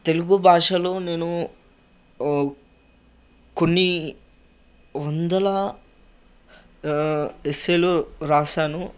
తెలుగుభాషలో నేను ఓ కొన్ని వందల ఎస్సేలు రాసాను